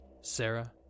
Sarah